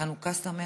חנוכה שמח.